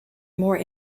more